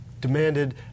demanded